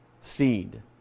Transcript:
seed